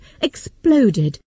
exploded